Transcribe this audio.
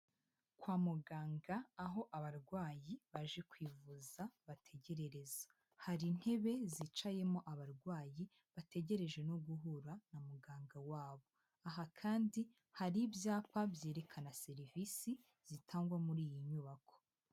Kwa muganga aho abarwayi baje kwivuza bategerereza, hari intebe zicayemo abarwayi, bategereje no guhura na muganga wabo, aha kandi hari ibyapa byerekana serivisi zitangwa muri iyi nyubako.